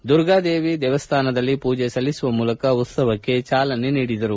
ದುರ್ಗಾದೇವಿ ದೇಮ್ಯಾನದಲ್ಲಿ ಪೂಜೆ ಸಲ್ಲಿಸುವ ಮೂಲಕ ಉತ್ಸವಕ್ಕೆ ಚಾಲನೆ ನೀಡಿದರು